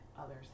others